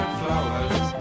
flowers